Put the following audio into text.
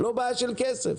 לא בעיה של כסף.